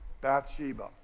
Bathsheba